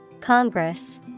Congress